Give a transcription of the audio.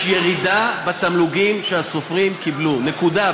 יש ירידה בתמלוגים שהסופרים קיבלו, נקודה.